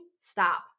stop